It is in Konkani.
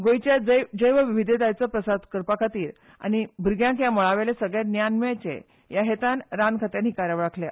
गोंयच्या जैव विविधतेचो प्रसार करपा खातीर आनी भुरग्यांक ह्या मळावयलें सगळें ज्ञान मेळचें ह्या हेतान रान खात्यान ही कार्यावळ आंखल्या